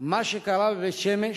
מה שקרה בבית-שמש,